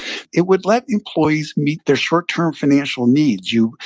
it would let employees meet their short-term financial needs you.